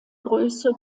größe